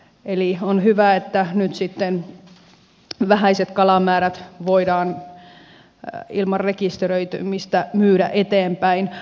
eli on hyvä että nyt vähäiset kalamäärät voidaan ilman rekisteröitymistä myydä eteenpäin